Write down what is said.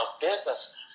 business